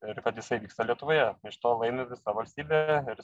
ir kad jisai vyksta lietuvoje iš to laimi visa valstybė ir